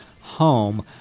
home